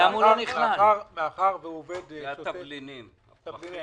למה הוא לא נכלל בתוכנית שהעברנו?